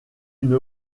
une